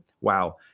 wow